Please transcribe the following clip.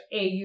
AU